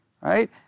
right